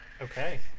okay